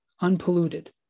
unpolluted